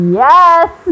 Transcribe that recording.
yes